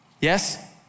yes